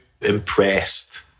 impressed